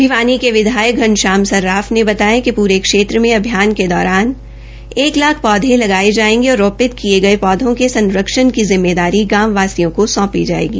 भिवानी के विधायक घनश्याम सरार्फ ने बताया कि पूरे क्षेत्र में अभियान के दौरान एक लाख पौधे लगाये जायेंगे और रोपित किये गये पौधों के संरक्षण की जिम्मेदारी गांव वासियों को सौंपी जायेगी